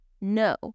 No